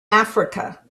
africa